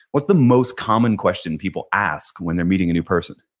what's the most common question people ask when they're meeting a new person?